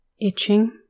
itching